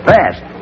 Fast